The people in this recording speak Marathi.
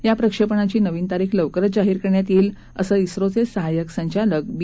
या प्रक्षणिपची नवीन तारीख लवकरच जाहीर करण्यात यईके असं झेचखिहाय्यक संचालक बी